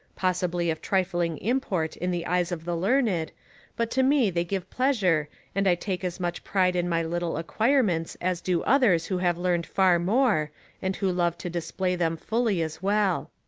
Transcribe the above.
possibly of trifling import in the eyes of the learned but to me they give pleasure and i take as much pride in my little acquirements as do others who have learned far more and who love to display them fully as well.